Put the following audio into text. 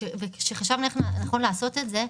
כשחשבנו איך נכון לעשות את זה,